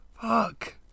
Fuck